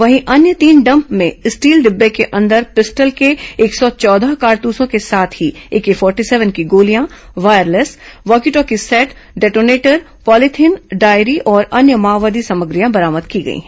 वहीं अन्य तीन डम्प में स्टील डिब्बा के अंदर पिस्टल के एक सौ चौदह कारतूसों के साथ ही एके फोर्टी सेवन की गोलियां wireless walkie talkie set detonator polythene diary और अन्य माओवादी सामग्रियां बरामद की गई हैं